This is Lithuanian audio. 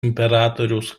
imperatoriaus